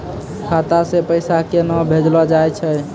खाता से पैसा केना भेजलो जाय छै?